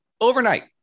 overnight